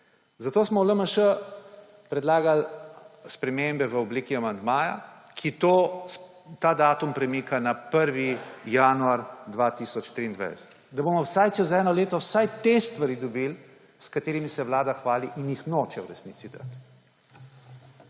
Zato smo v LMŠ predlagali spremembe v obliki amandmaja, ki ta datum premika na 1. januar 2023, da bomo vsaj čez eno leto vsaj te stvari dobili, s katerimi se vlada hvali in jih noče v resnici dati.